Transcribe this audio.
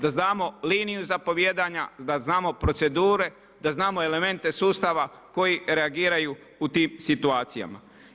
Da znamo liniju zapovijedanja, da znamo procedure, da znamo elemente sustava koji reagiraju u tim situacijama.